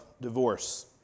divorce